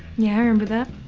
yeah i remember that.